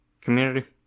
Community